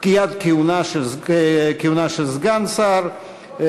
פקיעת כהונה של סגן שר,